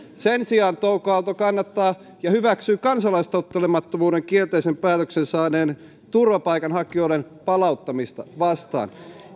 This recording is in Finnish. sen sijaan touko aalto kannattaa ja hyväksyy kansalaistottelemattomuuden kielteisen päätöksen saaneiden turvapaikanhakijoiden palauttamista vastaan